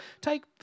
take